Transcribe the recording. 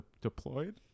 deployed